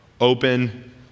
Open